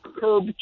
curb